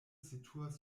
situas